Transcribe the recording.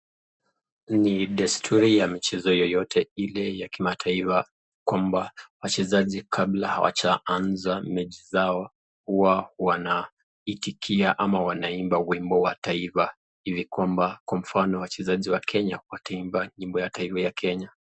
Hii ni desturi ya mchezo yeyote, ile kimataifa kwamba wachezaji kabla hawajaanza mechi zao, huwa wanaitikia ama wanaimba wimbo wa taifa ili kwamba kwa mfano wachezaji wa Kenya wataimba wimbo wa taifa wa Kenya.